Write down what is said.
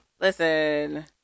Listen